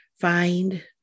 find